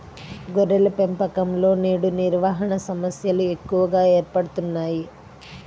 గొర్రెల పెంపకంలో నేడు నిర్వహణ సమస్యలు ఎక్కువగా ఏర్పడుతున్నాయి